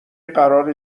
قرار